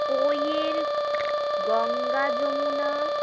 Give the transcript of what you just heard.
কইয়ের Ganga Jamuna